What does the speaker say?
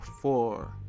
four